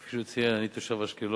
וכפי שהוא ציין אני תושב אשקלון,